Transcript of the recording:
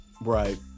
Right